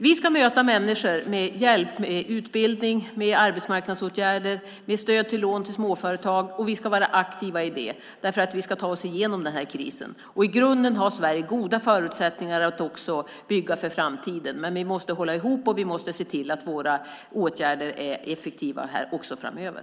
Vi ska möta människor med hjälp av utbildning, arbetsmarknadsåtgärder, stöd till lån till småföretag, och vi ska vara aktiva i det för att ta oss igenom den här krisen. I grunden har Sverige goda förutsättningar att bygga för framtiden. Men vi måste hålla ihop, och vi måste se till att våra åtgärder är effektiva också framöver.